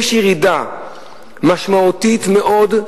ויש ירידה משמעותית מאוד,